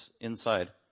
inside